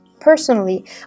Personally